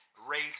rate